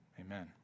Amen